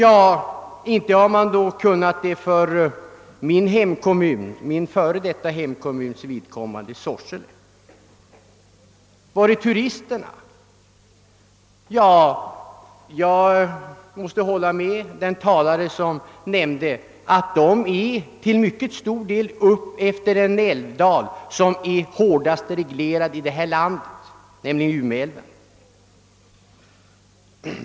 Det har man i varje fall inte kunnat för min f.d. hemkommuns — Sorsele — vidkommande. Var är de flesta turisterna? Jo, utefter en älv som är den hårdast reglerade i vårt land, nämligen Ume älv.